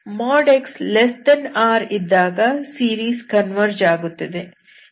|x| R ಇದ್ದಾಗ series converge ಆಗುತ್ತದೆ